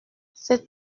cet